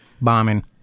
bombing